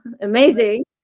amazing